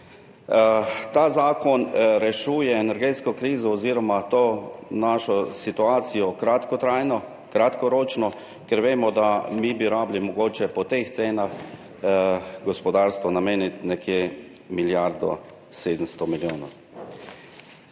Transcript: Ta zakon rešuje energetsko krizo oziroma to našo situacijo kratkotrajno, kratkoročno, ker vemo, da bi mi mogoče morali po teh cenah gospodarstvu nameniti nekje milijardo 700 milijonov.